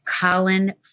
Colin